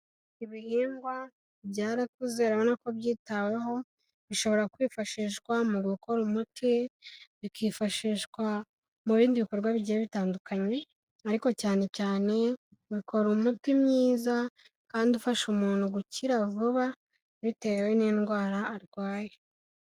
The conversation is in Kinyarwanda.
Ibihingwa byarakuze urabona ko byitaweho, bishobora kwifashishwa mu gukora umuti, bikifashishwa mu bindi bikorwa bigiye bitandukanye, ariko cyane cyane bikora umuti mwiza, kandi ufasha umuntu gukira vuba bitewe n'indwara arwaye.